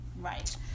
right